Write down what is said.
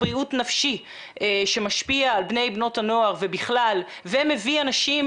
הבריאות הנפשית שמשפיעה על בני ובנות הנוער ובכלל ומביא אנשים